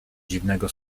dziwnego